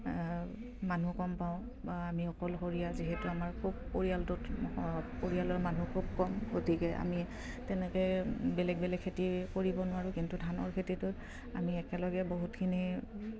মানুহ কম পাওঁ বা আমি অকলশৰীয়া যিহেতু আমাৰ খুব পৰিয়ালটোত পৰিয়ালৰ মানুহ খুব কম গতিকে আমি তেনেকে বেলেগ বেলেগ খেতি কৰিব নোৱাৰোঁ কিন্তু ধানৰ খেতিটোত আমি একেলগে বহুতখিনি